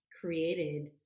created